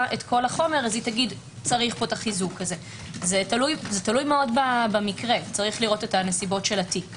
הצעת החוק החדשה משנה מהותית את ההתייחסות לנושא